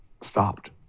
stopped